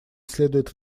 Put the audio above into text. следует